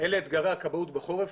אלה אתגרי הכבאות בחורף.